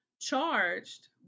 charged